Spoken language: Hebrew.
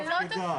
זה לא תפקידה.